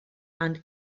and